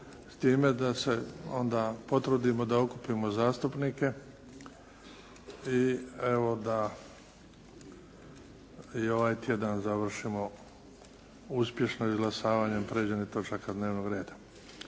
S time da se onda potrudimo da okupimo zastupnike i evo da i ovaj tjedan završimo uspješno izglasavanjem prijeđenih točaka dnevnog reda.